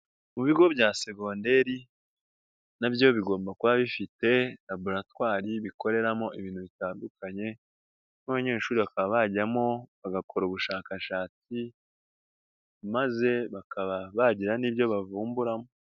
Mu bigo bya segoderi nabyo bigomba kuba bifite laboratwari ikoreramo ibintu bitandukanye n'abanyeshuri bakaba bajyamo, bagakora ubushakashatsi maze bakaba bagira n'ibyo bavumburamo.